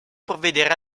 provvedere